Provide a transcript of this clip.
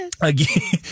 Again